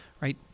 Right